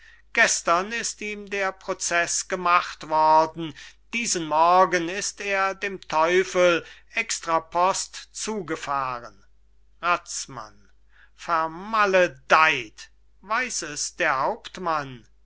gestern ist ihm der proceß gemacht worden diesen morgen ist er dem teufel extra post zugefahren razmann vermaledeyt weiß es der hauptmann